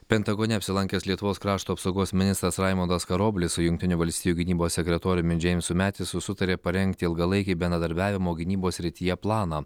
pentagone apsilankęs lietuvos krašto apsaugos ministras raimundas karoblis su jungtinių valstijų gynybos sekretoriumi džeimsu metisu sutarė parengti ilgalaikį bendradarbiavimo gynybos srityje planą